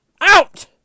out